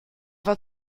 war